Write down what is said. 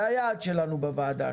זה עכשיו היעד שלנו בוועדה.